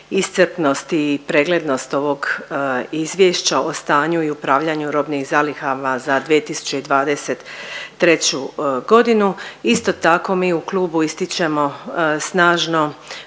iscrpnost i preglednost ovog Izvješća o stanju i upravljanju robnih zalihama za 2023. g. Isto tako, mi u klubu ističemo snažno